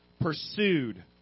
pursued